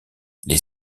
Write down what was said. les